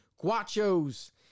Guachos